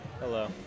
Hello